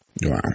Wow